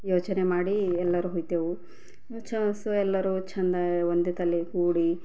ಯೋಚನೆ ಮಾಡಿ ಎಲ್ಲರೂ ಹೊಯ್ತೇವು ಎಲ್ಲರೂ ಚೆಂದ ಒಂದೇ ತಲೆ ಕೂಡಿ